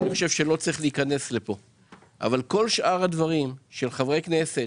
אבל בנוגע לשכר של חברי כנסת,